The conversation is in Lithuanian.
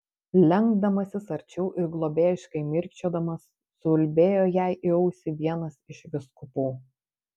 lenkdamasis arčiau ir globėjiškai mirkčiodamas suulbėjo jai į ausį vienas iš vyskupų